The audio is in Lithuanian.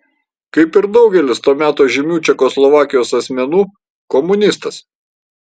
kaip ir daugelis to meto žymių čekoslovakijos asmenų komunistas